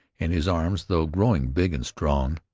and his arms, though growing big and strong,